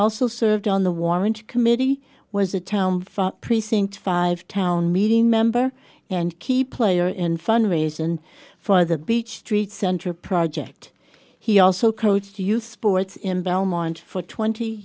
also served on the warrant committee was a town precinct five town meeting member and key player in fundraisers and for the beach street center project he also coached youth sports in belmont for twenty